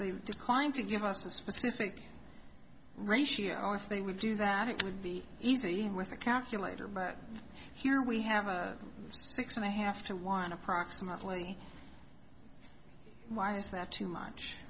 they've declined to give us a specific ratio if they would do that it would be easy with a calculator but here we have a six and a half to one approximately why is that too much